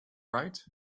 right